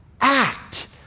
act